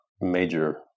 major